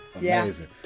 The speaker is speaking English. Amazing